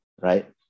right